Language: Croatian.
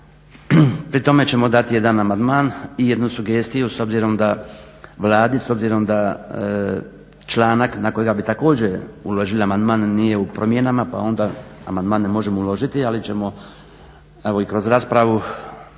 Pri tome ćemo dati jedan amandman i jednu sugestiju s obzirom da Vladi s obzirom članak na kojega bi također uložili amandman nije u promjenama pa onda amandmane možemo uložiti ali ćemo evo i kroz raspravu tražiti